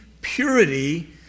purity